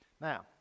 now